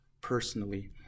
personally